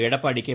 Edappadi K